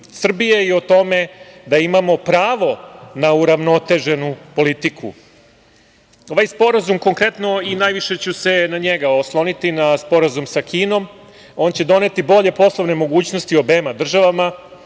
i o tome da imamo pravo na uravnoteženu politiku. Ovaj sporazum konkretno, i najviše ću se na njega osloniti, na Sporazum sa Kinom, on će doneti bolje poslovne mogućnosti obema državama.